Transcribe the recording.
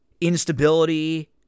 instability